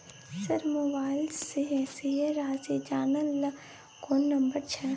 Sir mobile से शेस राशि जानय ल कोन नंबर छै?